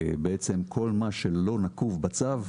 בעצם כל מה שלא נקוב בצו,